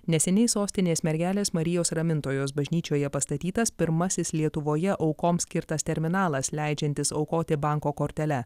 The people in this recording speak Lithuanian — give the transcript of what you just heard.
neseniai sostinės mergelės marijos ramintojos bažnyčioje pastatytas pirmasis lietuvoje aukoms skirtas terminalas leidžiantis aukoti banko kortele